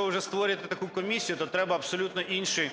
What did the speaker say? ви уже створюєте таку комісію, то треба абсолютно інші…